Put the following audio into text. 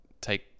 take